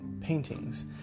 paintings